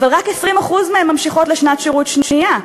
אבל רק 20% מהן ממשיכות לשנת שירות שנייה.